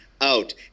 out